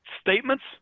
statements